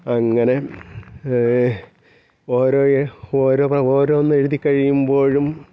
അങ്ങനെ ഓരോയ് ഓരണ ഓരോന്ന് എഴുതി കഴിയുമ്പോഴും